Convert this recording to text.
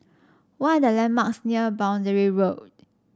what are the landmarks near Boundary Road